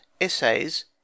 Essays